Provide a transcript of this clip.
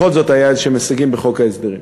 בכל זאת היו איזשהם הישגים בחוק ההסדרים.